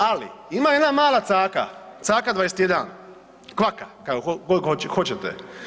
Ali ima jedna mala caka, caka 21, kvaka kako god hoćete.